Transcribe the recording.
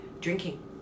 Drinking